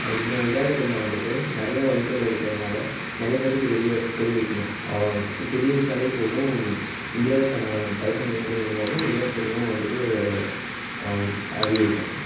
இந்த விளையாட்டு துறையில் வந்துட்டு நிறைய வழிகள் இருக்கிறதனால நிறையப் பேருத்துக்கு தெரிய தெரிய வைக்கணும் அவ்வளோதான் இது தெரிய வைச்சாலே போதும் இந்தியாவுக்கான பதக்கங்கள் எண்ணிக்கை அதிகமாகும் விளையாட்டு துறையும் வந்துட்டு அதிகரிக்கும்